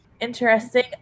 Interesting